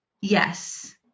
yes